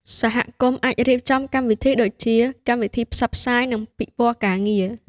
សហគមន៍អាចរៀបចំកម្មវិធីដូចជា កម្មវិធីផ្សព្វផ្សាយ និងពិព័រណ៍ការងារ។